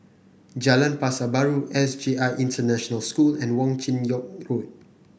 Jalan Pasar Baru S J I International School and Wong Chin Yoke Road